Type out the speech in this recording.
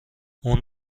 اون